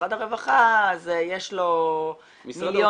משרד הרווחה יש לו מיליון דברים -- משרד